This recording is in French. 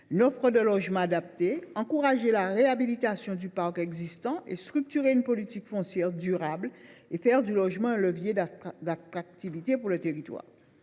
l’offre de logements adaptés, à encourager la réhabilitation du parc existant, à structurer une politique foncière durable et à faire du logement un levier d’attractivité pour le territoire.